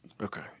Okay